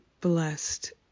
blessed